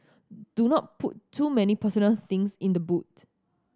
do not put too many personal things in the boot